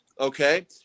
Okay